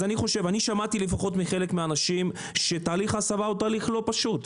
שמעתי מחלק מהאנשים שתהליך ההסבה הוא תהליך לא פשוט.